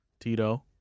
Tito